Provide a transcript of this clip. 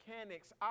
mechanics